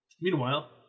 Meanwhile